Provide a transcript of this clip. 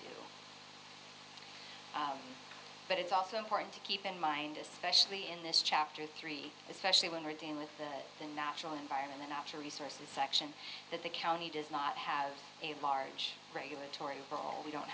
could but it's also important to keep in mind especially in this chapter three especially when you're dealing with the natural environment after resources section that the county does not have a large regulatory role we don't